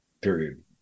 period